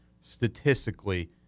statistically